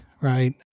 Right